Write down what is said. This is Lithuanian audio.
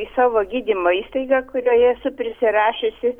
į savo gydymo įstaigą kurioje esu prisirašiusi